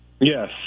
Yes